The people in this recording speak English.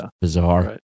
bizarre